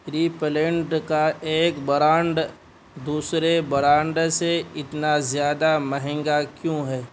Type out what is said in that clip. repellent کا ایک brand دوسرے برانڈ سے اتنا زیادہ مہنگا کیوں ہے